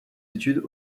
études